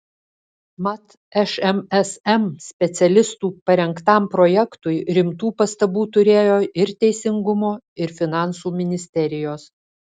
mat šmsm specialistų parengtam projektui rimtų pastabų turėjo ir teisingumo ir finansų ministerijos